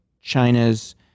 China's